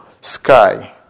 sky